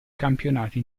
campionati